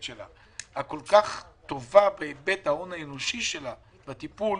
שלה וטובה בהיבט של ההון שהאנושי שלה ובטיפול,